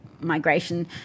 migration